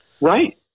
Right